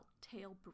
tail